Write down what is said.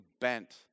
bent